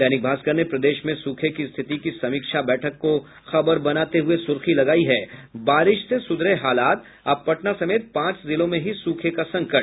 दैनिक भास्कर ने प्रदेश में सूखे के स्थिति की समीक्षा बैठक को खबर बनाते हुये सुर्खी लगायी है बारिश से सुधरे हालात अब पटना समेत पांच जिलों में ही सूखे का संकट